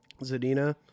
Zadina